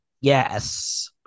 Yes